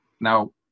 Now